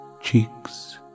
cheeks